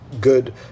good